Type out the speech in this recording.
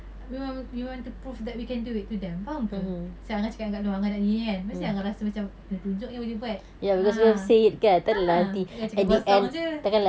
we want we want to prove that we can do it to them faham ke macam angah cakap dengan kak long gini kan mesti angah rasa macam kena tunjuk ni boleh buat ah ah takkan cakap kosong jer